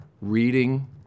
reading